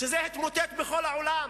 זה התמוטט בכל העולם.